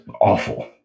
awful